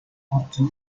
often